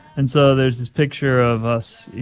and so there's this picture of us, you